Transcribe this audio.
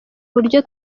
buryo